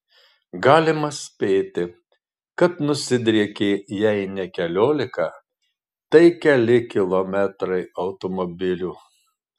galima spėti kad nusidriekė jei ne keliolika tai keli kilometrai automobilių